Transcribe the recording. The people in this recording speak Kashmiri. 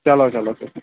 چَلو چَلو چَلو